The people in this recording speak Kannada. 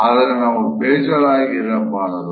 ಆದರೆ ನಾವು ಬೇಜಾರಾಗಿ ಇರಬಾರದು